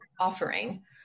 offering